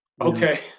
Okay